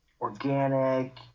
organic